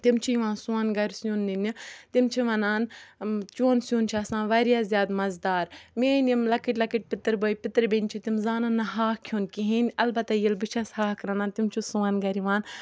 تِم چھِ یِوان سون گَرٕ سیُن نِنہِ تِم چھِ وَنان چون سیُن چھُ آسان واریاہ زیادٕ مَزٕدار میٛٲنۍ یِم لۄکٕٹۍ لۄکٕٹۍ پِتٕر بٲے پِتٕر بیٚنہِ چھِ تِم زانَن نہٕ ہاکھ کھیوٚن کِہیٖنۍ البتہ ییٚلہِ بہٕ چھَس ہاکھ رَنان تِم چھِ سون گرٕ یِوان